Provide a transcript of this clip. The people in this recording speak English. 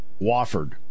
Wofford